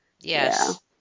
Yes